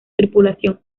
tripulación